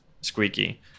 squeaky